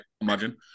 imagine